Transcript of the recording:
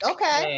Okay